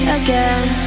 again